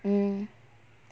mm